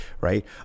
right